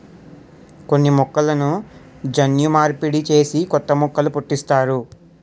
కొన్ని మొక్కలను జన్యు మార్పిడి చేసి కొత్త మొక్కలు పుట్టిస్తారు